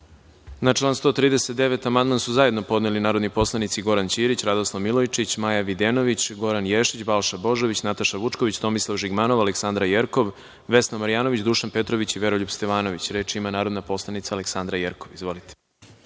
Na član 139. amandman su zajedno podneli narodni poslanici Goran Ćirić, Radoslav Milojičić, Maja Videnović, Goran Ješić, Balša Božović, Nataša Vučković, Tomislav Žigmanov, Aleksandra Jerkov, Vesna Marjanović, Dušan Petrović i Veroljub Stevanović. Reč ima narodna poslanica Aleksandra Jerkov. Izvolite.